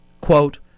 quote